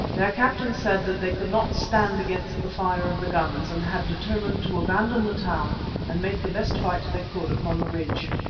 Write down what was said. their captain said that they could not stand against the fire of the guns and had determined to abandon the town and make the best fight they could upon the ridge.